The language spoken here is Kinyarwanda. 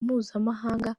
mpuzamahanga